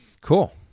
cool